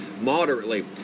moderately